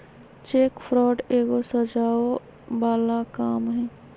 cheque fraud एगो सजाओ बला काम हई